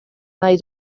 nahi